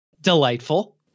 Delightful